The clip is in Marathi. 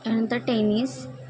त्यानंतर टेनिस